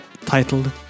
titled